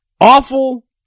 awful